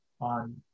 on